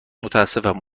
متاسفم